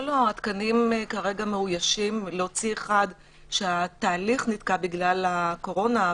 התקנים כרגע מאוישים להוציא אחד שהתהליך נתקע בגלל הקורונה,